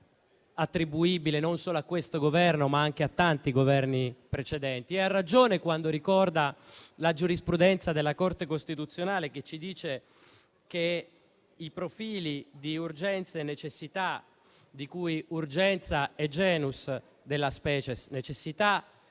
attribuibile non solo a questo Governo, ma anche a tanti Governi precedenti, e ha ragione quando ricorda la giurisprudenza della Corte costituzionale, che ci dice che i profili di urgenza e necessità (di cui urgenza è *genus* della *species* necessità)